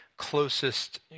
closest